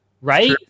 right